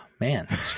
Man